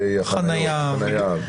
להזדהות עם חוסר הרצון לתת גושפנקה כזאת,